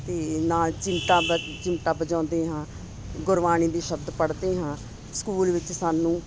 ਅਤੇ ਨਾਲ ਚਿੰਤਾ ਚਿਮਟਾ ਵਜਾਉਂਦੇ ਹਾਂ ਗੁਰਬਾਣੀ ਦੇ ਸ਼ਬਦ ਪੜ੍ਹਦੇ ਹਾਂ ਸਕੂਲ ਵਿੱਚ ਸਾਨੂੰ